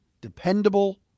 dependable